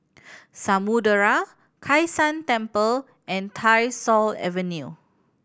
Samudera Kai San Temple and Tyersall Avenue